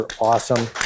awesome